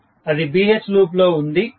professor లేదు అది BH loop లో ఉంది